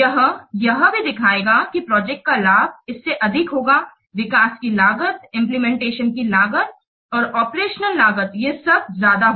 यह यह भी दिखाएगा कि प्रोजेक्ट का लाभ इससे अधिक होगा विकास की लागत इंप्लीमेंटेशन की लागत और ऑपरेशनल लागत यह सब ज्यादा हो